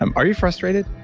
um are you frustrated,